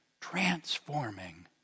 transforming